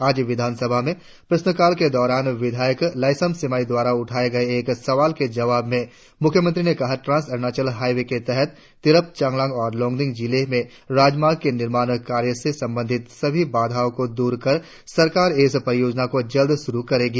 आज विधानसभा में प्रश्नकाल के दौरान विधायक लाईसम सिमाई द्वारा उठाए गए एक सवाल के जवाब में मुख्यमंत्री ने कहा ट्रांस अरुणाचल हाईवे के तहत तिरप चांगलांग और लोंगडिंग जिले में राजमार्ग के निर्माण कार्य से संबंधित सभी बाधाओं को दूर कर सरकार इस परियोजना को जल्द श्रु करेगी